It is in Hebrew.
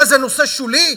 מה, זה נושא שולי?